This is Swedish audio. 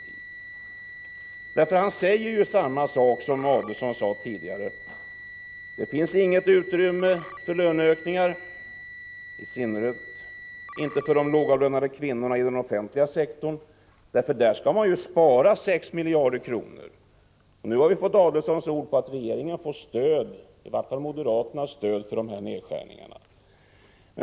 Bengt Westerberg säger samma sak som Adelsohn tidigare: Det finns inget utrymme för löneökningar, i synnerhet inte för lågavlönade kvinnor inom den offentliga sektorn. Där skall man spara 6 miljarder kronor. Nu har vi fått Adelsohns ord på att regeringen får stöd, i varje fall moderaternas stöd, för nedskärningarna.